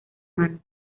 manos